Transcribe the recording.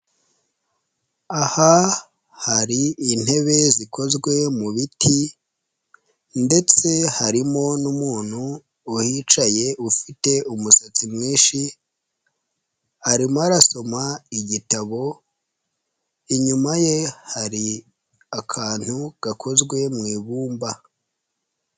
Aha hari intebe zikozwe mu biti ndetse harimo n'umuntu uhicaye ufite umusatsi mwinshi, arimo arasoma igitabo, inyuma ye hari akantu gakozwe mu ibumba.